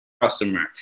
customer